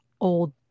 old